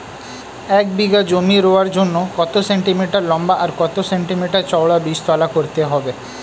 এক বিঘা জমি রোয়ার জন্য কত সেন্টিমিটার লম্বা আর কত সেন্টিমিটার চওড়া বীজতলা করতে হবে?